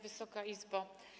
Wysoka Izbo!